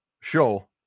show